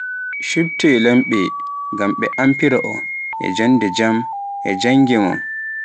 shuptee lammɓe ngam ɓe amfiraa om e joonde jaam, e jannge mon.